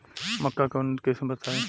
मक्का के उन्नत किस्म बताई?